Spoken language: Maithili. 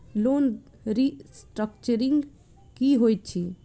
लोन रीस्ट्रक्चरिंग की होइत अछि?